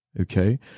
okay